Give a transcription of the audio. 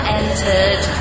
entered